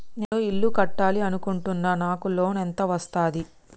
నేను ఇల్లు కట్టాలి అనుకుంటున్నా? నాకు లోన్ ఎంత వస్తది?